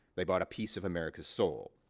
they bought a piece of america's soul.